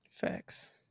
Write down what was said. Facts